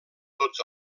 tots